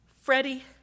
Freddie